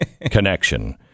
connection